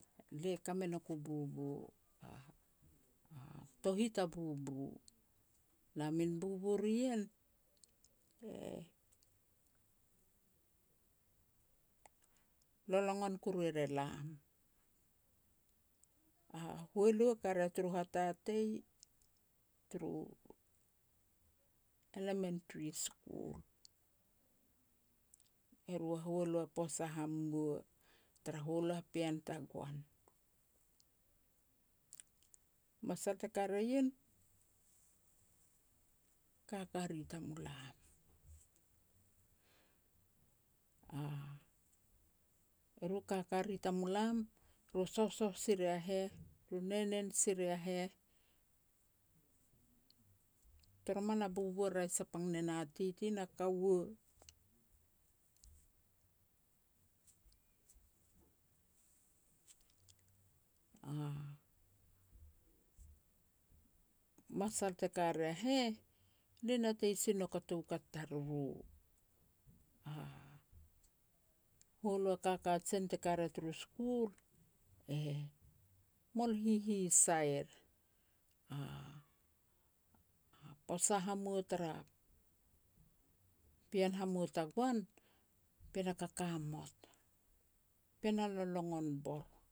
Lia ka me nouk u bubu, a-a tohit a bubu, na min bubu ri ien, le, lologong kuru er e lam. A hualu e ka ria turu hatatei turu elementary school, eru a hualu a posa hamua tara hualu a pean tagoan. Masal te ka ria ien, kaka ri tamulam. Eru kaka mui tamulam, ru sohsoh si ria heh, ru nenen si ria heh. Toroman a bubu e raeh sapang ne na titi na kaua. A masal te ka ria heh, lia natei sin nouk a toukat tariru. Hualu a kakajen te ka ria turu school, e mol hihisair. A posa hamua tara pean hamua tagoan, pean a kakamot, pean a lologon bor.